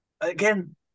again